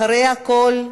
אחרי הכול,